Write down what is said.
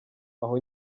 aho